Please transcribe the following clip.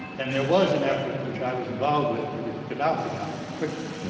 and there was an effort, which i was involved with, to get gadhafi out quickly